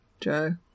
joe